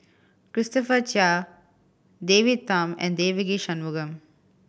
Christopher Chia David Tham and Devagi Sanmugam